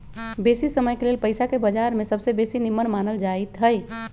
बेशी समयके लेल पइसाके बजार में सबसे बेशी निम्मन मानल जाइत हइ